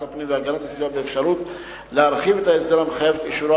הפנים והגנת הסביבה באפשרות להרחיב את ההסדר המחייב את אישורו